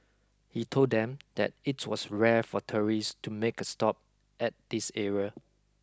he told them that it was rare for tourists to make a stop at this area